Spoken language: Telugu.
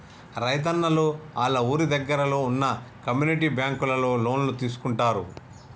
రైతున్నలు ఆళ్ళ ఊరి దగ్గరలో వున్న కమ్యూనిటీ బ్యాంకులలో లోన్లు తీసుకుంటారు